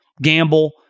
gamble